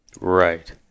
Right